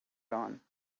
dawn